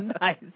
Nice